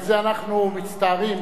על זה אנחנו מצטערים,